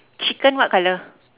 chicken what colour